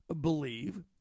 believe